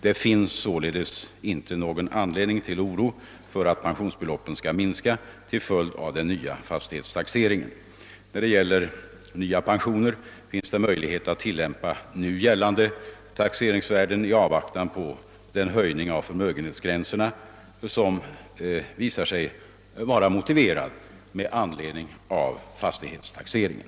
Det finns således inte någon anledning till oro för att pensionsbeloppen skall minska till följd av den nya fastighetstaxeringen. Vad gäller nya pensioner finns det möjlighet att tilllämpa nu gällande taxeringsvärden i avvaktan på den höjning av förmögenhetsgränserna som visar sig vara motiverad med anledning av fastighetstaxeringen.